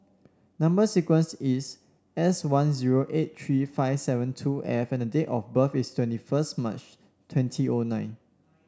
number sequence is S one zero eight three five seven two F and the date of birth is twenty first March twenty O nine